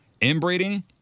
Inbreeding